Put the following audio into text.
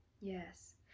Yes